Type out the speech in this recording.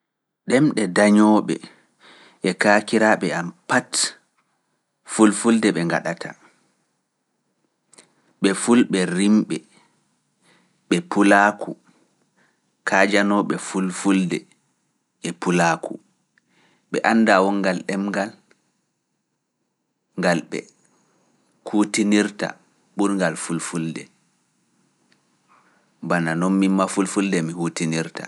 Ɗemɗe dañooɓe e kaakiraaɓe am pati fulfulde ɓe ngaɗata, ɓe fulɓe rimɓe, ɓe pulaaku, kaajanooɓe fulfulde e pulaaku, ɓe anndaa wongal ɗemngal ngal ɓe kuutinirta ɓurngal fulfulde. Bana, non min ma fulfulde, mi hutinirta.